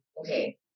okay